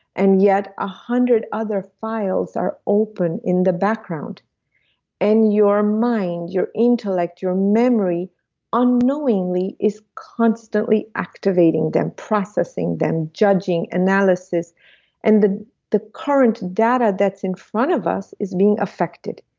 and yet one ah hundred other files are open in the background and your mind, your intellect, your memory unknowingly is constantly activating them, processing them, judging analysis and the the current data that's in front of us is being affected.